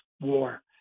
war